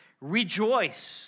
rejoice